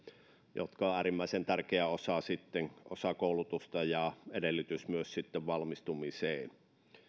jotka ovat äärimmäisen tärkeä osa koulutusta ja edellytys myös valmistumiseen